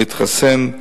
להתחסן.